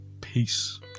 Peace